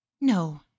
No